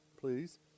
please